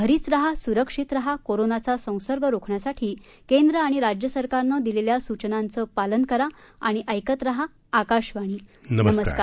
घरीच रहा सुरक्षित रहा कोरोनाचा संसर्ग रोखण्यासाठी केंद्र आणि राज्य सरकारनं दिलेल्या सूचनांचं पालन करा नमस्कार